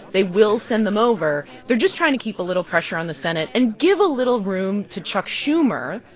they will send them over. they're just trying to keep a little pressure on the senate and give a little room to chuck schumer,